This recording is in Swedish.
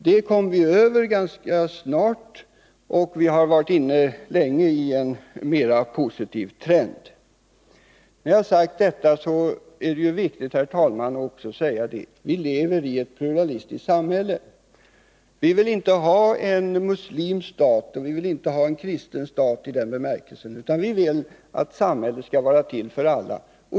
Vi kom ganska snart över detta, och vi har redan under en ganska lång tid haft en mer positiv trend. När jag har sagt detta är det också, herr talman, viktigt att säga att vi lever i ett pluralistiskt samhälle — vi vill inte ha en enbart muslimsk stat och inte heller en enbart kristen stat, utan vi vill att samhället skall vara till för alla.